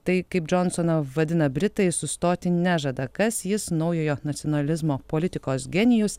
tai kaip džonsoną vadina britai sustoti nežada kas jis naujojo nacionalizmo politikos genijus